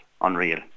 unreal